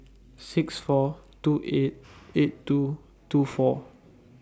six four two eight eight two two four